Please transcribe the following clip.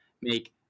make